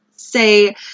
say